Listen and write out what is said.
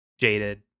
jaded